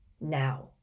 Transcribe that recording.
now